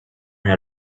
had